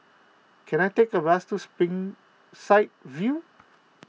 can I take a bus to Springside View